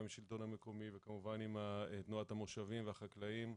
גם עם השלטון המקומי וכמובן עם תנועת המושבים והחקלאים.